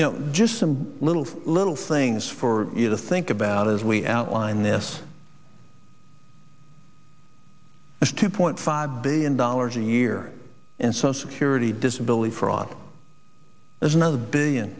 you know just some little little things for you to think about as we outline this is two point five billion dollars a year and so security disability fraud there's another billion